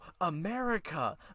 America